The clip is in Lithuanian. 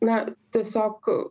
na tiesiog